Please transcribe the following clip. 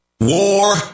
War